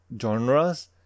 genres